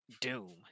Doom